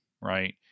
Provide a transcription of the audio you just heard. right